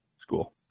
school